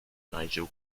nigel